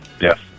Yes